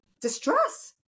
distress